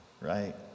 right